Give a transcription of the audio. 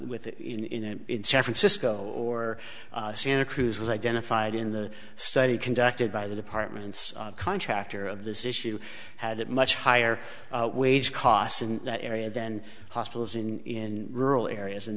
with it in san francisco or santa cruz was identified in the study conducted by the department's contractor of this issue had it much higher wage costs in that area than hospitals in rural areas and